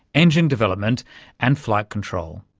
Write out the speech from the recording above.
engine development and flight control.